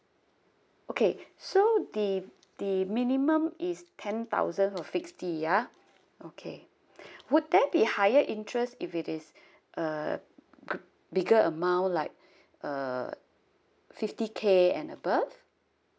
okay so the the minimum is ten thousand of fixed D ya okay would there be higher interest if it is uh bigger amount like uh fifty K and above